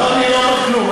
לא, אני לא אומר כלום.